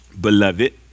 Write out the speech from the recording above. beloved